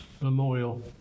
memorial